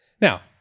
Now